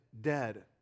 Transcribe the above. dead